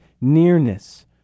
nearness